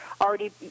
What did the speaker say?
already